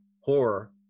horror